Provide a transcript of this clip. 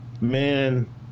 Man